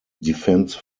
defence